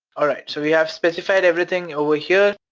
alright, so we have specified everything over here.